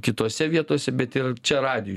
kitose vietose bet ir čia radijuj